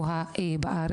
לזה.